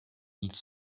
ils